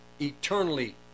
eternally